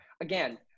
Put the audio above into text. Again